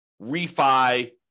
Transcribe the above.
refi